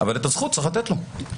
אבל צריך לתת לו את הזכות.